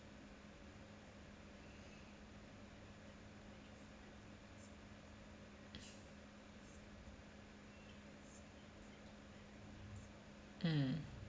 mm